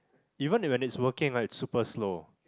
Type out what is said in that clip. even when it's working right it's super slow